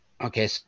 Okay